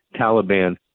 Taliban